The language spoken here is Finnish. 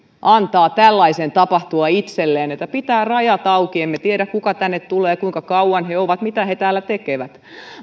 antaa tällaisen tapahtua itselleen että pitää rajat auki emme tiedä kuka tänne tulee kuinka kauan he ovat mitä he täällä tekevät